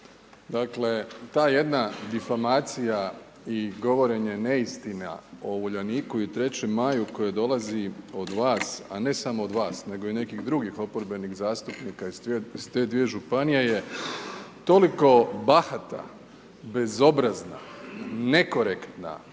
se ne razumije./... i govorenje neistina o Uljaniku i 3. maju koja dolazi od vas, a ne samo od vas, nego i nekih drugih oporbenih zastupnika iz te dvije županije je toliko bahata, bezobrazna, nekorektna